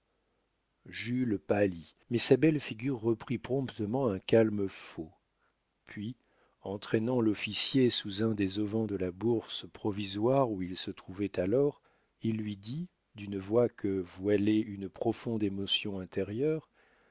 jules pâlit mais sa belle figure reprit promptement un calme faux puis entraînant l'officier sous un des auvents de la bourse provisoire où ils se trouvaient alors il lui dit d'une voix que voilait une profonde émotion intérieure